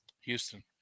Houston